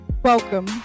Welcome